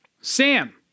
Sam